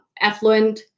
affluent